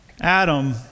Adam